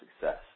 success